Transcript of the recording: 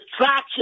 attraction